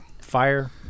fire